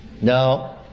No